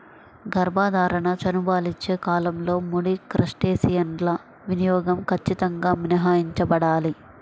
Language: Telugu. గర్భధారణ, చనుబాలిచ్చే కాలంలో ముడి క్రస్టేసియన్ల వినియోగం ఖచ్చితంగా మినహాయించబడాలి